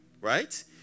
right